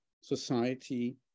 society